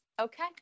okay